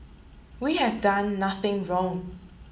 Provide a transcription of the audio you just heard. we have done nothing wrong